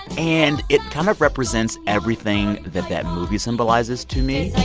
and it kind of represents everything that that movie symbolizes to me